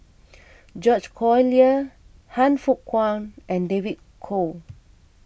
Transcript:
George Collyer Han Fook Kwang and David Kwo